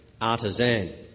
artisan